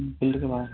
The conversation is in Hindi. फील्ड के बाहर